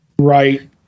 right